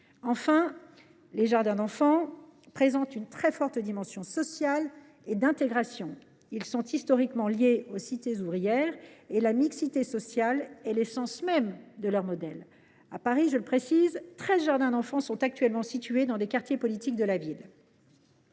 les jardins d’enfants présentent une très forte dimension sociale et d’intégration. Ils sont historiquement liés aux cités ouvrières et la mixité sociale est l’essence même de leur modèle. À Paris, treize jardins d’enfants sont actuellement situés dans des quartiers prioritaires de la